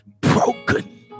broken